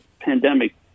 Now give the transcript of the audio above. pandemic